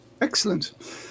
Excellent